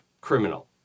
criminal